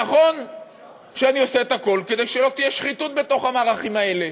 נכון שאני עושה את הכול כדי שלא תהיה שחיתות בתוך המערכים האלה,